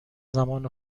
زمان